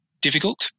difficult